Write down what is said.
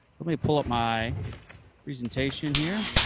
let me pull up my presentation here,